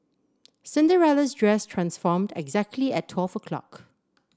Cinderella's dress transformed exactly at twelve o'clock